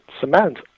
cement